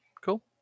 cool